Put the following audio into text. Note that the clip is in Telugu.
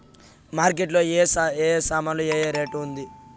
మార్కెట్ లో ఏ ఏ సామాన్లు ఏ ఏ రేటు ఉంది?